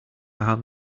have